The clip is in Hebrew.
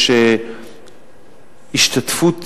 יש יותר השתתפות